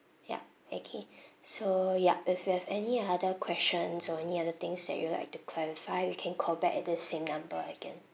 yup okay so yup if you have any other questions or any other things that you like to clarify you can call back at this same number again